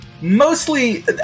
mostly